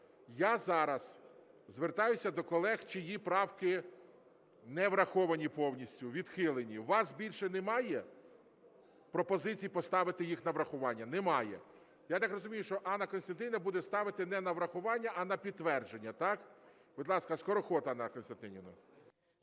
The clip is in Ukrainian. я зараз звертаюся до колег, чиї правки не враховані повністю, відхилені. У вас більше немає пропозицій поставити їх на врахування? Немає. Я так розумію, що Анна Костянтинівна буде ставити не на врахування, а на підтвердження, так? Будь ласка, Скороход Анна Костянтинівна.